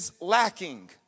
Lacking